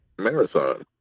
Marathon